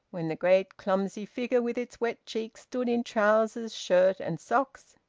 when the great clumsy figure, with its wet cheeks, stood in trousers, shirt, and socks,